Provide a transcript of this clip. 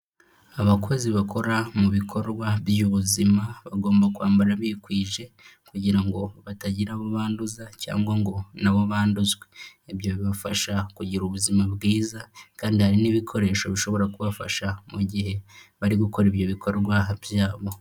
Abakozi bakora mu bikorwa by'ubuzima, bagomba kwambara bikwije kugira ngo batagira abo banduza cyangwa ngo na bo banduzwe. Ibyo bibafasha kugira ubuzima bwiza kandi hari n'ibikoresho bishobora kubafasha mu gihe bari gukora ibyo bikorwa byabo.